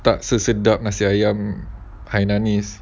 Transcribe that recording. tak sesedap nasi ayam hainanese